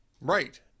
right